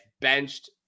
benched